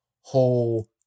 whole